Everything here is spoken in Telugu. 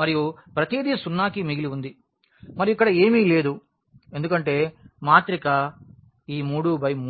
మరియు ప్రతిదీ సున్నాకి మిగిలి ఉంది మరియు ఇక్కడ ఏమీ లేదు ఎందుకంటే మాత్రిక ఈ 3x3